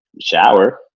shower